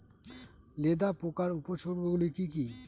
লেদা পোকার উপসর্গগুলি কি কি?